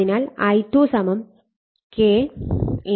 അതിനാൽ I2 K I1 ആവും